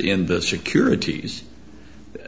in the securities